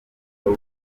bw’u